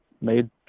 made